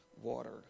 water